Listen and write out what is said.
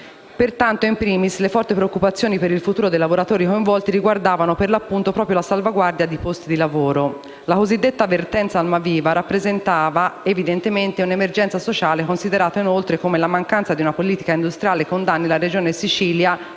Pertanto, *in primis* le forti preoccupazioni per il futuro dei lavoratori coinvolti riguardavano, per l'appunto, proprio la salvaguardia dei posti di lavoro. La cosiddetta vertenza Almaviva rappresentava evidentemente un'emergenza sociale, considerato inoltre come la mancanza di una politica industriale condanni la regione Sicilia